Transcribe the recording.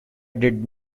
did